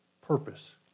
purpose